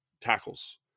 tackles